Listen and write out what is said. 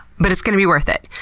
but it's gonna be worth it.